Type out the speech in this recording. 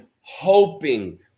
hoping